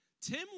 Tim